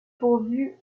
pourvue